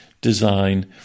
design